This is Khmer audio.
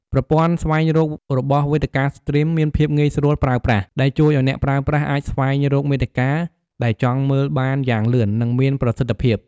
ប្រព័ន្ធស្វែងរករបស់វេទិកាស្ទ្រីមមានភាពងាយស្រួលប្រើប្រាស់ ដែលជួយឲ្យអ្នកប្រើប្រាស់អាចស្វែងរកមាតិកាដែលចង់មើលបានយ៉ាងលឿន និងមានប្រសិទ្ធភាព។